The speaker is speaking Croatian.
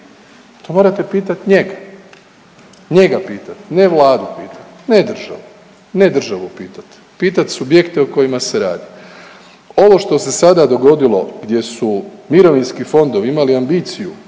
to morate pitat njega, njega pitat, ne vladu, ne državu, ne državu pitati, pitat subjekte o kojima se radi. Ovo što se sada dogodilo gdje su mirovinski fondovi imali ambiciju